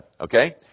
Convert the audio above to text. Okay